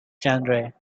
genre